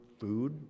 food